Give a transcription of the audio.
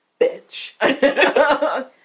bitch